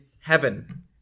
heaven